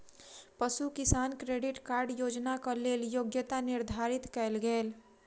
पशु किसान credit card योजनाक लेल योग्यता निर्धारित कयल गेल